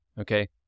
okay